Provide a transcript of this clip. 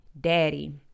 daddy